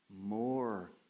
More